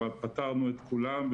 אבל פתרנו את כולם,